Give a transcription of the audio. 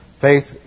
faith